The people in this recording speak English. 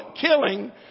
killing